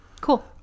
Cool